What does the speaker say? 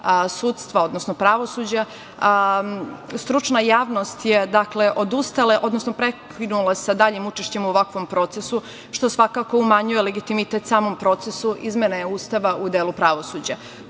sudstva, odnosno pravosuđa, stručna javnost je odustala, odnosno prekinula sa daljim učešćem u ovakvom procesu, što svakako umanjuje legitimitet samom procesu izmene Ustava u delu pravosuđa.